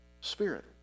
Spirit